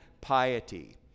piety